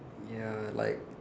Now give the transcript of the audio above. ya like